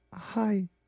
Hi